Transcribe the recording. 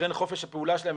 לכן חופש הפעולה שלהם,